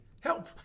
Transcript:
help